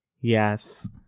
Yes